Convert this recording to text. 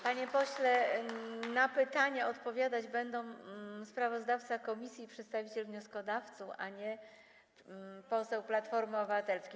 Panie pośle, na pytania odpowiadać będą sprawozdawca komisji i przedstawiciel wnioskodawców, a nie poseł Platformy Obywatelskiej.